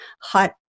hot